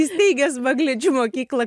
įsteigęs banglenčių mokyklą